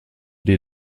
dir